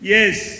Yes